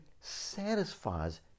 satisfies